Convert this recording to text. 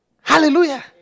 hallelujah